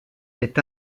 est